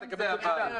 המנכ"ל.